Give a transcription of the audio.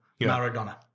Maradona